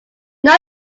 not